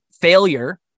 failure